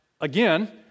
again